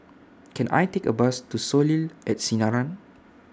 Can I Take A Bus to Soleil At Sinaran